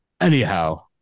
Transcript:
anyhow